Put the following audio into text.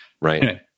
right